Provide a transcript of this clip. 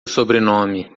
sobrenome